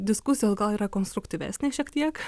diskusijos gal yra konstruktyvesnės šiek tiek